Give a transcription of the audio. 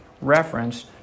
reference